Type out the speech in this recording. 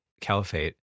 caliphate